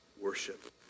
worship